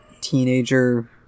teenager